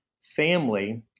family